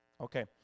Okay